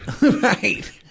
Right